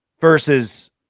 versus